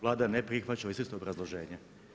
Vlada ne prihvaća uz isto obrazloženje.